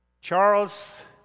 Charles